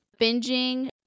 binging